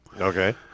Okay